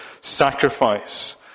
sacrifice